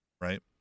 right